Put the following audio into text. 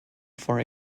for